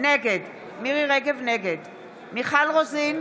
נגד מיכל רוזין,